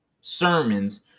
sermons